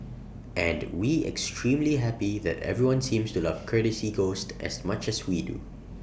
and we extremely happy that everyone seems to love courtesy ghost as much as we do